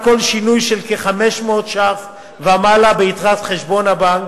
כל שינוי של כ-500 ש"ח ומעלה ביתרת חשבון הבנק,